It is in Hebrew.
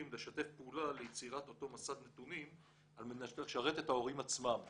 לשתף פעולה ליצירת אותו מסד נתונים על מנת לשרת את ההורים עצמם.